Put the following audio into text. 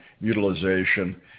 utilization